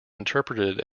interpreted